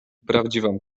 prawdziwą